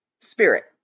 spirit